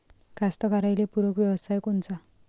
कास्तकाराइले पूरक व्यवसाय कोनचा?